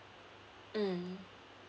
mm